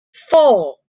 four